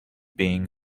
being